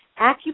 Acupuncture